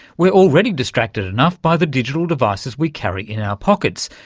we're already distracted enough by the digital devices we carry in our pockets,